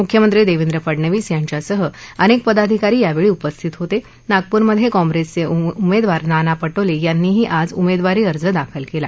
मुख्यमंत्री दक्षेद फडनवीस यांच्यासह अनक्वी पदाधिकारी यावळी उपस्थित होत आगपूरमध काँग्रस्त्रिउमरखार नाना पटोलर्यिनीही आज उमरखारी अर्ज दाखल कला